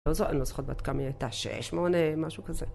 לא זו.. אני לא זוכרת בת כמה היא הייתה, שש שמונה, משהו כזה.